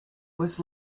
was